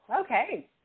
okay